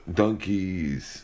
donkeys